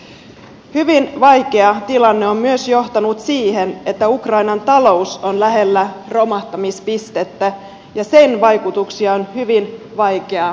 hyvin vaikea tilanne on myös johtanut siihen että ukrainan talous on lähellä romahtamispistettä ja sen vaikutuksia on hyvin vaikea ennakoida